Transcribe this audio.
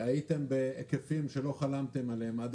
הייתם בהיקפים שלא חלמתם עליהם עד